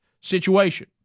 situation